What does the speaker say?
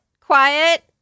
Quiet